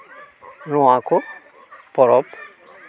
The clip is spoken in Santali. ᱱᱚᱣᱟ ᱠᱚ ᱯᱚᱨᱚᱵᱽ